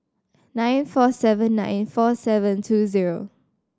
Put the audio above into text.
nine four seven nine four seven two zero